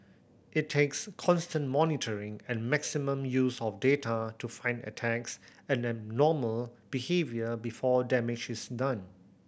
it takes constant monitoring and maximum use of data to find attacks and abnormal behaviour before damage is done